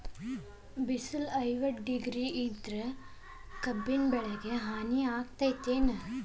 ಬಿಸಿಲ ಐವತ್ತ ಡಿಗ್ರಿ ಇದ್ರ ಕಬ್ಬಿನ ಬೆಳಿಗೆ ಹಾನಿ ಆಕೆತ್ತಿ ಏನ್?